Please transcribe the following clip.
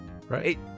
Right